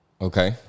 Okay